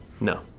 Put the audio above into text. No